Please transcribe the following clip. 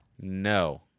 No